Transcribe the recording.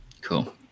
Cool